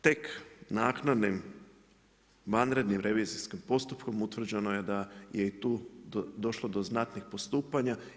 Tek, naknadnim vanrednim revizijskim postupkom, utvrđenoj je da je i tu došlo do znatnih postupanja.